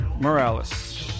morales